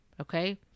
okay